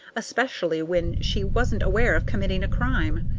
especially when she wasn't aware of committing a crime.